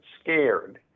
scared